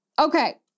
Okay